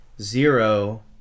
zero